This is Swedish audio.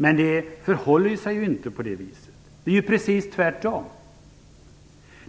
Men det förhåller sig ju inte på det viset. Det är precis tvärtom.